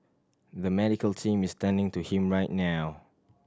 the medical team is attending to him right now